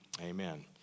Amen